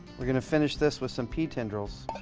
we're going to finish this with some pea tendrils.